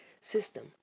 system